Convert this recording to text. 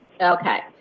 Okay